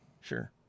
Sure